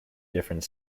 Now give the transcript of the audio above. different